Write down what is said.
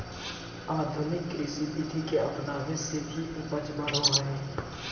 आधुनिक कृषि विधि के अपनाबे से भी उपज बढ़ो हइ